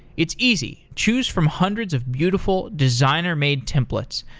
it's easy. choose from hundreds of beautiful designer-made templates.